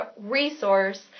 resource